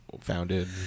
founded